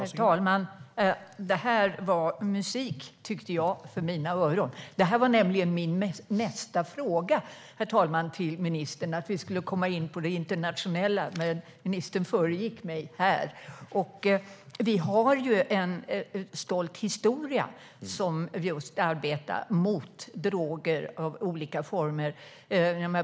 Herr talman! Det här var musik för mina öron. Min nästa fråga till ministern handlade nämligen om det internationella, men ministern föregick mig här. Vi har en stolt historia när det gäller att arbeta mot droger i olika former.